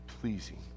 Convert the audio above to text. pleasing